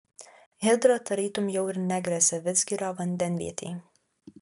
hidra tarytum jau ir negresia vidzgirio vandenvietei